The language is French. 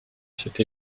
cette